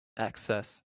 access